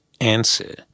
answer